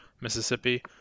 mississippi